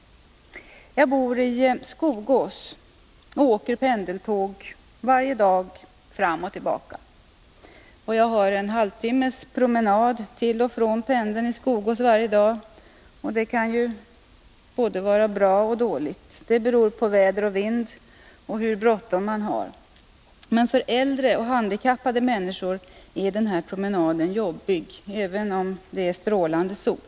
Jag bor i Skogås och åker pendeltåg varje dag fram och tillbaka. Jag haren Nr 68 halvtimmes promenad till och från pendeln i Skogås varje dag, och det kan ju Måndagen den vara både bra och dåligt. Det beror på väder och vind och hur bråttom man = 1 februari 1982 har. Men för äldre och handikappade människor är den promenaden jobbig även i strålande sol.